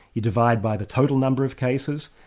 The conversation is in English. you divide by the total number of cases,